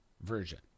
version